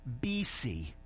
BC